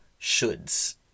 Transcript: shoulds